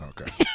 Okay